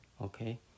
okay